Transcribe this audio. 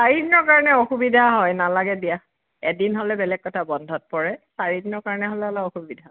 চাৰিদিনৰ কাৰণে অসুবিধা হয় নালাগে দিয়া এদিন হ'লে বেলেগ কথা বন্ধত পৰে চাৰিদিনৰ কাৰণে হ'লে অলপ অসুবিধা হয়